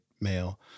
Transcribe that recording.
male